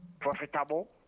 profitable